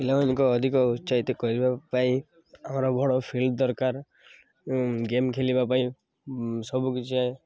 ପିଲାମାନଙ୍କ ଅଧିକ ଉତ୍ସାହିତ କରିବା ପାଇଁ ଆମର ବଡ଼ ଫିଲ୍ଡ ଦରକାର ଗେମ୍ ଖେଳିବା ପାଇଁ ସବୁକିଛି